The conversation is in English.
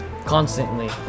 constantly